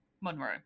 monroe